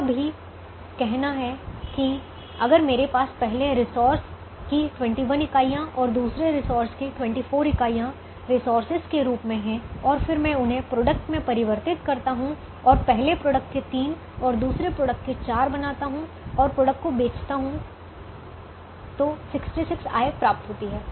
यह भी कहना है कि अगर मेरे पास पहले रिसोर्स की 21 इकाइयाँ और दूसरे रिसोर्स की 24 इकाइयाँ रिसोर्सेज के रूप में हैं और फिर मैं उन्हें प्रोडक्ट में परिवर्तित करता हूँ और पहले प्रोडक्ट के तीन और दूसरे प्रोडक्ट के चार बनाता हूँ और प्रोडक्ट को बेचता हूँ 66 आय प्राप्त होती है